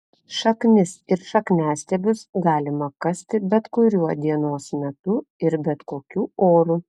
šaknis ir šakniastiebius galima kasti bet kuriuo dienos metu ir bet kokiu oru